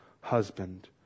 husband